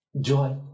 Joy